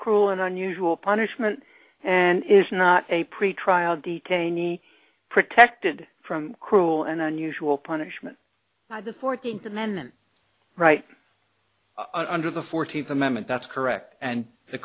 cruel and unusual punishment and is not a pretrial detainee protected from cruel and unusual punishment the fourteenth amendment right under the fourteenth amendment that's correct and the